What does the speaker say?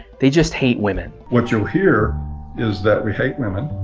they just hate women, what you'll hear is that we hate women.